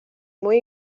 muy